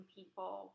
people